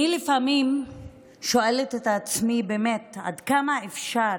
אני לפעמים שואלת את עצמי עד כמה אפשר